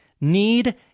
need